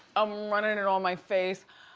i'm runnin' it on my face,